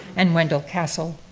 and wendell castle,